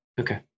okay